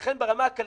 ולכן ברמה הכלכלית,